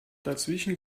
dazwischen